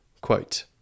quote